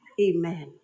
Amen